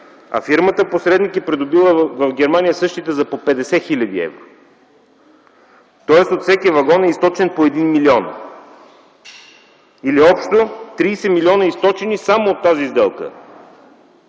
а фирмата посредник е придобила в Германия същите за по 50 хил. евро. Тоест от всеки вагон е източен по 1 милион, или общо 30 милиона източени само от тази сделка.